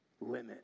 limit